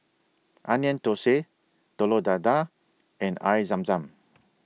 Onion Thosai Telur Dadah and Air Zam Zam